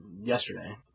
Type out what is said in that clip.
yesterday